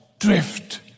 drift